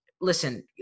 Listen